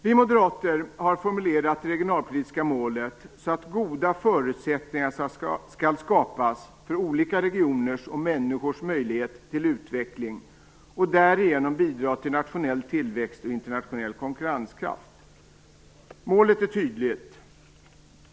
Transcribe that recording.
Vi moderater har formulerat det regionalpolitiska målet så att goda förutsättningar skall skapas för olika regioners och människors möjlighet till utveckling och därigenom bidra till nationell tillväxt och internationell konkurrenskraft. Målet är tydligt.